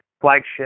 flagship